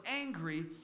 angry